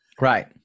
Right